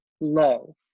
low